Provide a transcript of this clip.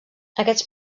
aquests